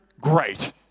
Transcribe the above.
great